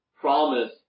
promise